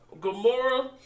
Gamora